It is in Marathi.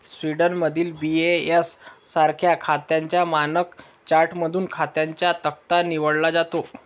स्वीडनमधील बी.ए.एस सारख्या खात्यांच्या मानक चार्टमधून खात्यांचा तक्ता निवडला जातो